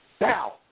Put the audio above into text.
Now